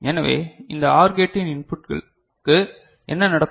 எனவே இந்த OR கேட்டின் இன்புட்களுக்கு என்ன நடக்கும்